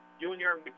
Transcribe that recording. junior